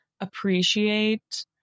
appreciate